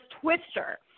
Twister